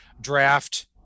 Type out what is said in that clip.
draft